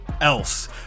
else